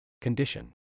Condition